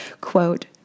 quote